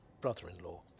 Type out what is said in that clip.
brother-in-law